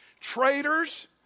Traitors